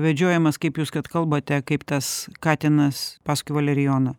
vedžiojamas kaip jūs kad kalbate kaip tas katinas paskui valerijoną